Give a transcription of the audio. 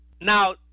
Now